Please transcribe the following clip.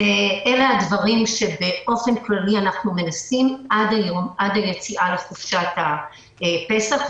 אלה הדברים שבאופן כללי אנחנו מנסים עד היציאה לחופשת הפסח.